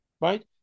right